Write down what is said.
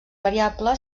variable